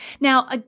Now